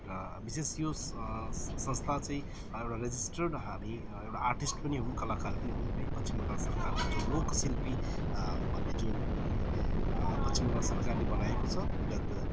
र विशेष यो संस्था चाहिँ एउटा रेजिस्टर्ड हामी एउटा आर्टिस्ट पनि हौँ एउटा कलाकार पनि हौँ है पश्चिम बङ्गाल सरकारको जो लोक शिल्पी भन्ने जुन पश्चिम बङ्गाल सरकारले बनाएको छ विगत